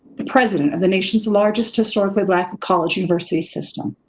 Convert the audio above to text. the president of the nation's largest historically black college university system,